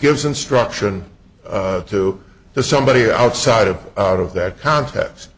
gives instruction to the somebody outside of out of that context